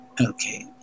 okay